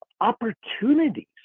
opportunities